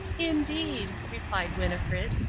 indeed, replied winnifred,